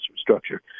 structure